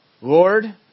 Lord